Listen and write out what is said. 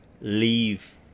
leave